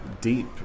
deep